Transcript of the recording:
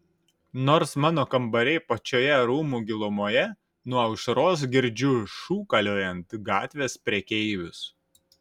nors mano kambariai pačioje rūmų gilumoje nuo aušros girdžiu šūkaliojant gatvės prekeivius